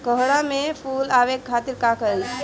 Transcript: कोहड़ा में फुल आवे खातिर का करी?